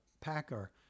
packer